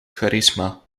charisma